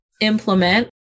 implement